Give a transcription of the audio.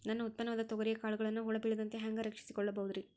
ನನ್ನ ಉತ್ಪನ್ನವಾದ ತೊಗರಿಯ ಕಾಳುಗಳನ್ನ ಹುಳ ಬೇಳದಂತೆ ಹ್ಯಾಂಗ ರಕ್ಷಿಸಿಕೊಳ್ಳಬಹುದರೇ?